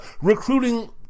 recruiting